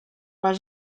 has